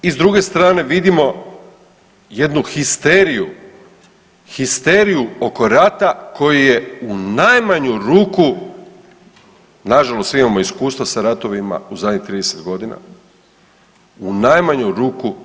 I s druge strane vidimo jednu histeriju, histeriju oko rata koji je u najmanju ruku nažalost svi imamo iskustva sa ratovima u zadnjih 30 godina, u najmanju ruku čudan.